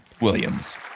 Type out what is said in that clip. Williams